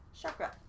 chakra